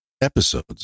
episodes